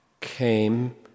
came